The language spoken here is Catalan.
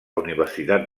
universitat